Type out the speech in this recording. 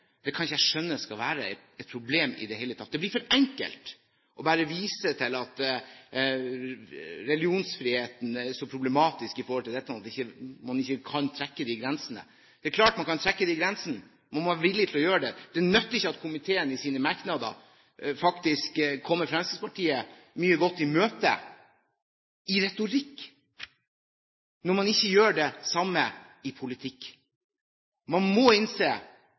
finansiering, kan jeg ikke skjønne skal være et problem i det hele tatt. Det blir for enkelt bare å vise til at religionsfriheten er så problematisk når det gjelder dette, at man ikke kan trekke de grensene. Det er klart man kan trekke de grensene om man er villig til å gjøre det. Det nytter ikke at komiteen i sine merknader kommer Fremskrittspartiet mye i møte i retorikk når man ikke gjør det samme i politikk. Man må innse